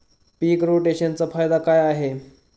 पीक रोटेशनचा फायदा काय आहे?